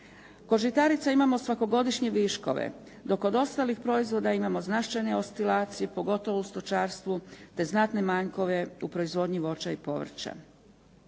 Kod žitarica imamo svakogodišnje viškove dok kod ostalih proizvoda imamo značajne oscilacije pogotovo u stočarstvu te znatne manjkove u proizvodnji voća i povrća.